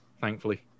thankfully